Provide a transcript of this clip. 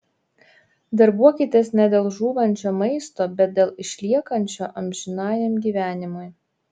darbuokitės ne dėl žūvančio maisto bet dėl išliekančio amžinajam gyvenimui